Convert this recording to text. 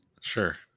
Sure